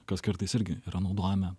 kas kartais irgi yra naudojame